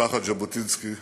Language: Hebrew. משפחת ז'בוטינסקי,